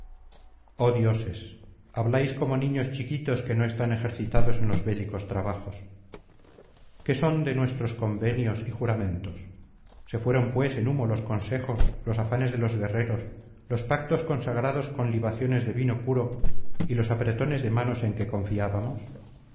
dioses habláis como niños chiquitos que no están ejercitados en los bélicos trabajos qué son de nuestros convenios y juramentos se fueron pues en humo los consejos los afanes de los guerreros los pactos consagrados con libaciones de vino puro y los apretones de manos en que confiábamos